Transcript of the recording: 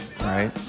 right